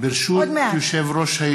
מזכיר הממשלה?